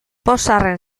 pozarren